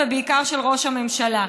ובעיקר של ראש הממשלה.